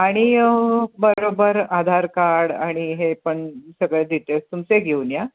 आणि बरोबर आधार कार्ड आणि हे पण सगळे डिटेल्स तुमचे घेऊन या